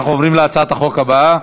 אנחנו עוברים להצעת החוק הבאה,